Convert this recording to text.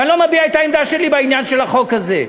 ואני לא מביע את העמדה שלי בעניין של החוק הזה.